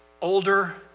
older